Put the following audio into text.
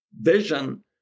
vision